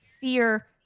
fear